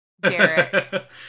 Derek